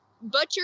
butcher